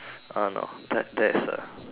ah no that's a